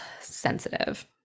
sensitive